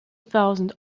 thousand